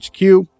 HQ